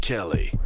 Kelly